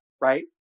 right